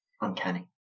uncanny